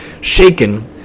shaken